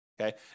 okay